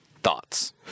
Thoughts